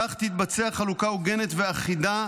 כך תתבצע חלוקה הוגנת ואחידה,